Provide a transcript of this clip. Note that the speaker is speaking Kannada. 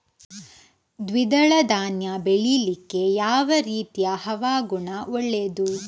ದ್ವಿದಳ ಧಾನ್ಯ ಬೆಳೀಲಿಕ್ಕೆ ಯಾವ ರೀತಿಯ ಹವಾಗುಣ ಒಳ್ಳೆದು?